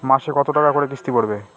মাসে কত টাকা করে কিস্তি পড়বে?